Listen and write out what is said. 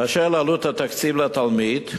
באשר לעלות התקציב לתלמיד,